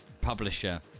Publisher